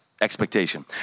expectation